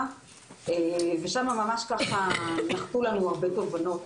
ושם ממש נחתו לנו הרבה תובנות.